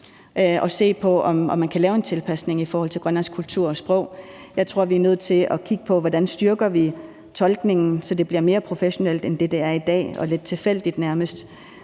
og se på, om man kunne lave en tilpasning i forhold til grønlandsk kultur og sprog. Jeg tror, vi er nødt til at kigge på, hvordan vi styrker tolkningen, så det bliver mere professionelt end det, der er i dag, hvor det nærmest